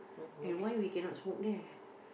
and why we cannot smoke there